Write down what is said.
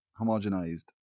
homogenized